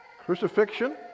crucifixion